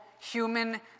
human